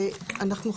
ואנחנו,